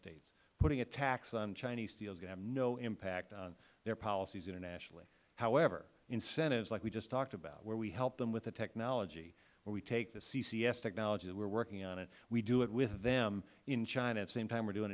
states putting a tax on chinese steel is going to have no impact on their policies internationally however incentives like we just talked about where we help them with the technology where we take the ccs technology that we are working on and we do it with them in china at the same time we are doing